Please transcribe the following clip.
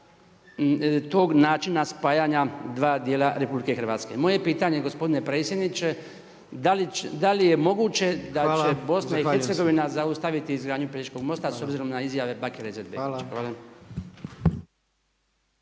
tog načina spajanja dva dijela RH. Moje pitanje gospodine predsjedniče da li je moguće da će BiH zaustaviti izgradnju Pelješkog mosta s obzirom na izjave BAkira